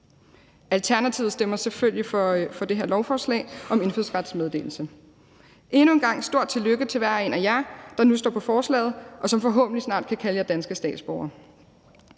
Alternativet stemmer selvfølgelig for det her lovforslag om indfødsrets meddelelse. Endnu en gang stort tillykke til hver en af jer, der nu står på forslaget, og som forhåbentlig snart kan kalde jer danske statsborgere.